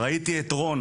ראיתי את רון,